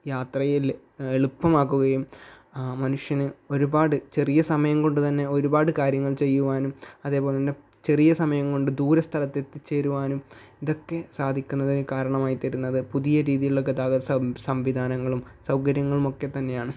യാത്രയിൽ എളുപ്പമാക്കുകയും മനുഷ്യന് ഒരുപാട് ചെറിയ സമയം കൊണ്ട് തന്നെ ഒരുപാട് കാര്യങ്ങൾ ചെയ്യുവാനും അതേപോലെ തന്നെ ചെറിയ സമയം കൊണ്ട് ദൂരെ സ്ഥലത്ത് എത്തിച്ചേരുവാനും ഇതക്കെ സാധിക്കുന്നതിനു കാരണമായിട്ട് വരുന്നത് പുതിയ രീതിയിലുള്ള ഗതാഗത സം സംവിധാനങ്ങളും സൗകര്യങ്ങളും ഒക്കെ തന്നെയാണ്